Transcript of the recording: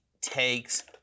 takes